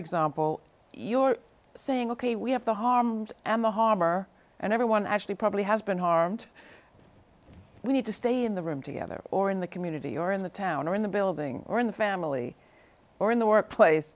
example you're saying ok we have the harms amma harm or and everyone actually probably has been harmed we need to stay in the room together or in the community or in the town or in the building or in the family or in the workplace